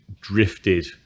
drifted